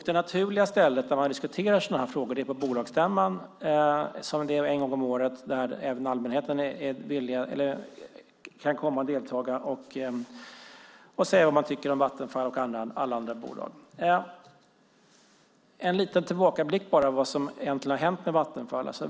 Det naturliga stället att diskutera sådana frågor är på bolagsstämman, som äger rum en gång om året. I dessa kan även allmänheten delta och säga vad man tycker om Vattenfall och andra bolag. En liten tillbakablick bara på vad som egentligen har hänt med Vattenfall.